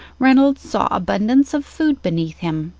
reynolds saw abundance of food beneath him,